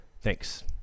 Thanks